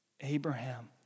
Abraham